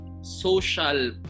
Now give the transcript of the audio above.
social